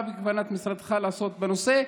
2. מה בכוונת משרדך לעשות בנושא?